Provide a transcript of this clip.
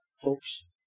Folks